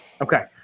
Okay